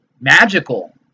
magical